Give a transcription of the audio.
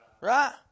right